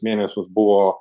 mėnesius buvo